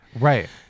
right